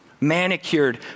manicured